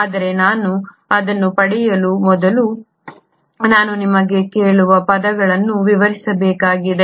ಆದರೆ ನಾನು ಅದನ್ನು ಪಡೆಯುವ ಮೊದಲು ನಾನು ನಿಮಗೆ ಕೆಲವು ಪದಗಳನ್ನು ವಿವರಿಸಬೇಕಾಗಿದೆ